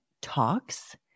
talks